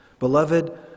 Beloved